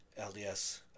LDS